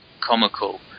comical